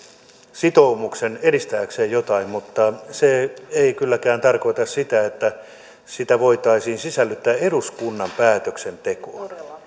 sitoumuksen edistääkseen jotain mutta se ei kylläkään tarkoita sitä että sitä voitaisiin sisällyttää eduskunnan päätöksentekoon